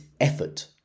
effort